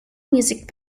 music